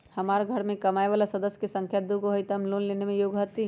हमार घर मैं कमाए वाला सदस्य की संख्या दुगो हाई त हम लोन लेने में योग्य हती?